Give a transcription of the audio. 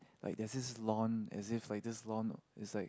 like there's this lawn as if like this lawn is like